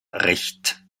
recht